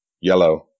yellow